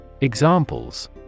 Examples